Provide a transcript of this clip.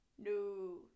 No